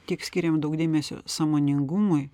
tiek skiriam daug dėmesio sąmoningumui